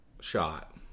shot